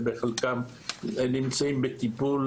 בחלקם הם נמצאים בטיפול